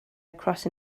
across